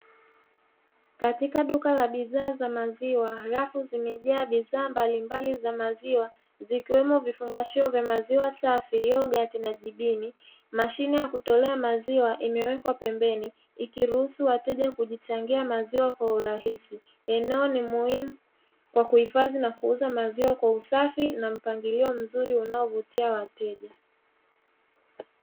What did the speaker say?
Katika duka la bidhaa za maziwa, rafu zimejaa bidhaa mbalimbali za maziwa, zikiwemo vifungashio vya maziwa safi, yogati na jibini. Mashine ya kutolea maziwa imewekwa pembeni, ikiruhusu wateja kujichangia maziwa kwa urahisi. Eneo ni muhimu kwa kuhifadhi na kuuza maziwa kwa usafi na mpangilio mzuri unaovutia wateja.